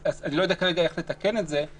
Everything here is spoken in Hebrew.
אני לא יודע כרגע איך לתקן את זה אבל